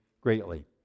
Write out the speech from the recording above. greatly